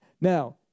Now